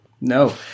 No